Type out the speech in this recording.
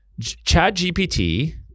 ChatGPT